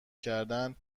کردن